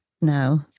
No